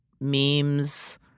Memes